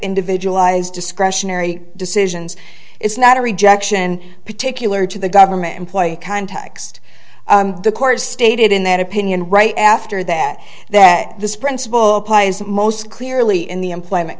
individualized discretionary decisions it's not a rejection particularly to the government employee context the court stated in that opinion right after that that this principle applies most clearly in the employment